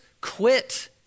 quit